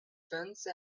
fence